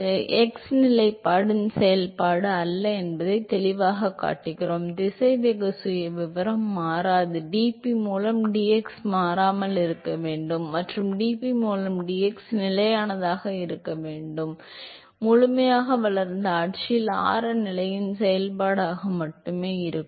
எனவே இது x நிலையின் செயல்பாடு அல்ல என்பதை இங்கே தெளிவாகக் காட்டுகிறோம் ஏனெனில் திசைவேக சுயவிவரம் மாறாது எனவே dp மூலம் dx மாறாமல் இருக்க வேண்டும் மற்றும் dp மூலம் dx நிலையானதாக இருக்க வேண்டும் எனவே அது முழுமையாக வளர்ந்த ஆட்சியில் ஆர நிலையின் செயல்பாடாக மட்டுமே இருக்கும்